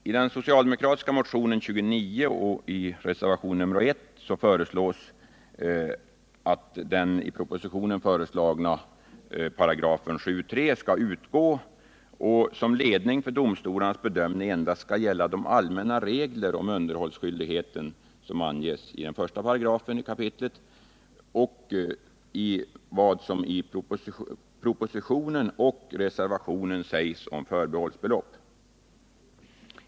I den socialdemokratiska motionen nr 29 och i reservationen 1 föreslås att den i propositionen föreslagna 7 kap. 3 § skall utgå och att som ledning för domstolarnas bedömning endast skall gälla de allmänna reglerna om underhållsskyldighet i 7 kap. 1 § och vad som i propositionen och reservationen anges om förbehållsbelopp.